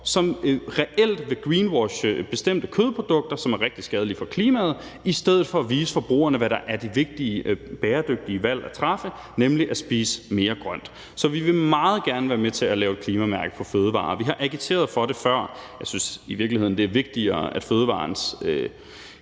som reelt vil greenwashe bestemte kødprodukter, som er rigtig skadelige for klimaet, i stedet for at vise forbrugerne, hvad der er det vigtige og bæredygtige valg at træffe, nemlig at spise mere grønt. Så vi vil meget gerne være med til at lave et klimamærke på fødevarer, og vi har agiteret for det før. Jeg synes i virkeligheden, det er vigtigere, at fødevarens